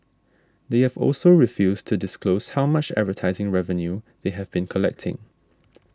they have also refused to disclose how much advertising revenue they have been collecting